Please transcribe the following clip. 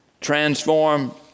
Transform